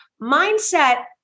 mindset